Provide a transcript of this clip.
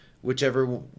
whichever